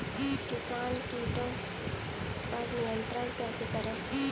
किसान कीटो पर नियंत्रण कैसे करें?